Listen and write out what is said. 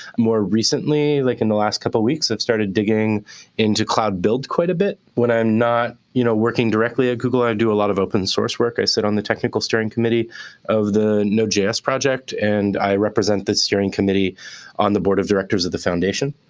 more recently, like in the last couple weeks, i've started digging into cloud build quite a bit. when i'm not you know working directly at ah google, i do a lot of open source work. i sit on the technical steering committee of the node js project. and i represent the steering committee on the board of directors of the foundation.